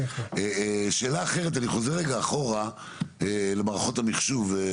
שאלה אחרת, אני חוזר רגע אחורה למערכות המחשוב.